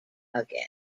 again